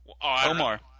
Omar